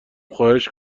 خواهش